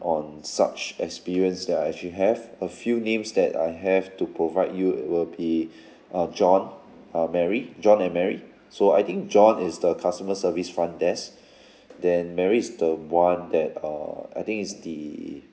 on such experience that I actually have a few names that I have to provide you will be uh john uh mary john and mary so I think john is the customer service front desk then mary's the one that uh I think is the